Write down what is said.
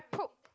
probe